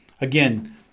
Again